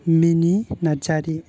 मिनि नार्जारि